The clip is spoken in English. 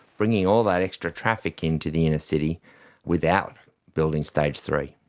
bringing all that extra traffic into the inner city without building stage three?